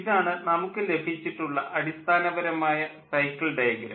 ഇതാണ് നമുക്കു ലഭിച്ചിട്ടുള്ള അടിസ്ഥാനപരമായ സൈക്കിൾ ഡയഗ്രം